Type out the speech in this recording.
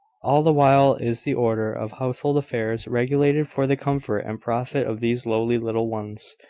all the while is the order of household affairs regulated for the comfort and profit of these lowly little ones,